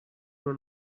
una